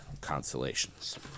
Constellations